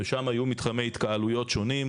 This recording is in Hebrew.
ושם יהיו מתחמי התקהלויות שונים,